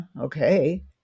okay